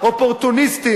אופורטוניסטים.